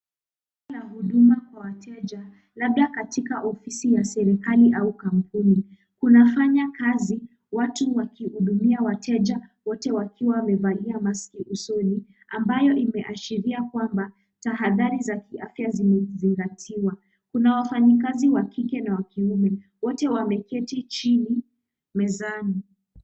Bima la huduma ya wateja labda katika ofisi la serikali au kampuni. Kuna fanya kazi watu wakihudhumia wateja wote wakiwa wamevalia maski usoni ambayo imeashiria kwamba tahadhari ya kiafya zimezingatiwa. Kuna wafanyakazi wa kike na wa kiume wote wameketi chini mezani.